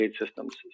systems